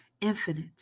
infinite